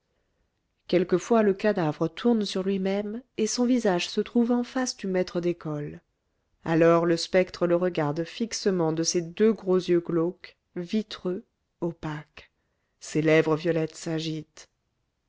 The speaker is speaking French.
quelquefois le cadavre tourne sur lui-même et son visage se trouve en face du maître d'école alors le spectre le regarde fixement de ses deux gros yeux glauques vitreux opaques ses lèvres violettes s'agitent